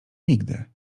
nigdy